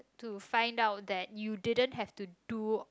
to find out that you didn't have to do